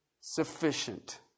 sufficient